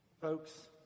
Folks